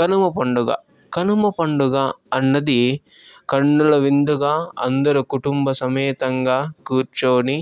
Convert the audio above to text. కనుమ పండుగ కనుమ పండుగ అన్నది కన్నుల విందుగా అందరు కుటుంబ సమేతంగా కూర్చోని